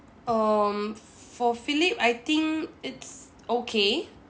um for phillip I think it's okay